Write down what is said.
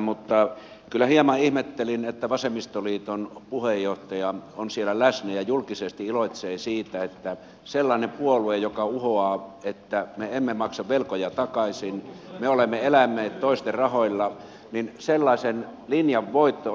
mutta kyllä hieman ihmettelin että vasemmistoliiton puheenjohtaja on siellä läsnä ja julkisesti iloitsee siitä että sellaisen linjan voitto kun puolue uhoaa että me emme maksa velkoja takaisin me olemme eläneet toisten rahoilla